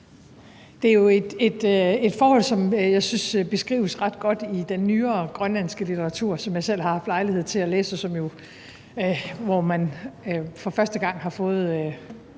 Det er jo et forhold, som jeg synes beskrives ret godt i den nyere grønlandske litteratur, som jeg selv haft lejlighed til at læse, og hvor man for første gang har fået